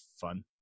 fun